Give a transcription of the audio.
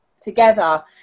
together